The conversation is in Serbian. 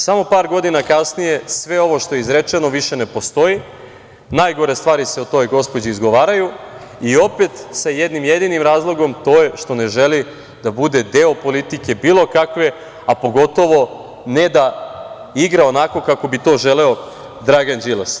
Samo par godina kasnije sve ovo što je izrečeno više ne postoji, najgore stvari se o toj gospođi izgovaraju i opet sa jednim jedinim razlogom, a to je što ne želi da bude deo politike bilo kakve, a pogotovo ne da igra onako kako bi to želeo Dragan Đilas.